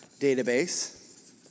database